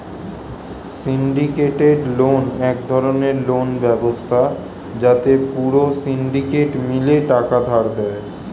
syndicated loan এক ধরণের loan ব্যবস্থা যাতে পুরো সিন্ডিকেট মিলে টাকা ধার দেয়